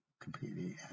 completely